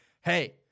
hey